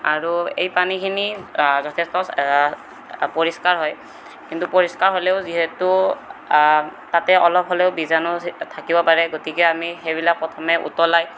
আৰু এই পানীখিনি যথেষ্ট পৰিস্কাৰ হয় কিন্তু পৰিস্কাৰ হ'লেও যিহেতু তাতে অলপ হ'লেও বীজাণু থাকিব পাৰে গতিকে আমি সেইবিলাক প্ৰথমে উতলাই